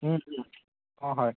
অঁ হয়